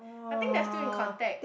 I think they are still in contact